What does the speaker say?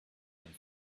been